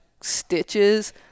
stitches